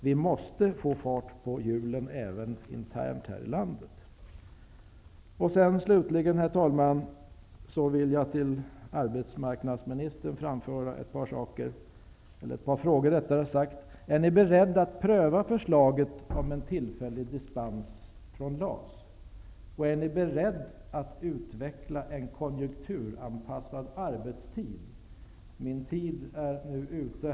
Vi måste få fart på hjulen även internt i Herr talman! Jag vill slutligen ställa ett par frågor till arbetsmarknadsministern. Är ni beredda att pröva förslaget om en tillfällig dispens från LAS? Är ni beredda att utveckla en konjunkturanpassad arbetstid? Min taletid är nu ute.